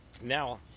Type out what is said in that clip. now